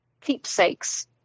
keepsakes